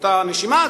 באותה נשימה,